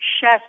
CHEF